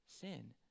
sin